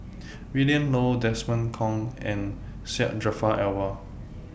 Willin Low Desmond Kon and Syed Jaafar Albar